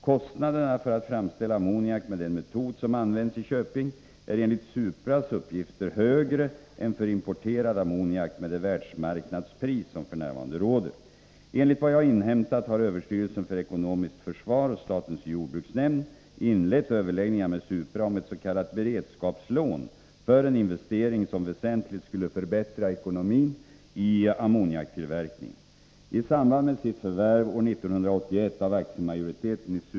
Kostnaderna för att framställa ammoniak med den metod som används i Köping är enligt Supras uppgifter högre än för importerad ammoniak med det världsmarknadspris som f. n. råder. Enligt vad jag har inhämtat har överstyrelsen för ekonomiskt försvar och statens jordbruksnämnd inlett överläggningar med Supra om ett s.k. beredskapslån för en investering som väsentligt skulle förbättra ekonomin i ammoniaktillverkningen.